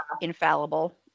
infallible